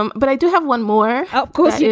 um but i do have one more output yeah